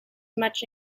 much